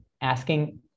asking